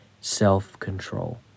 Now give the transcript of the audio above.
self-control